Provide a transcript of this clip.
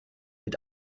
mit